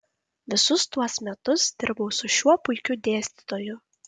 visus tuos metus dirbau su šiuo puikiu dėstytoju